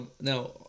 Now